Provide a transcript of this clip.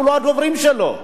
אנחנו לא הדוברים שלו,